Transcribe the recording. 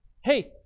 Hey